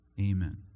Amen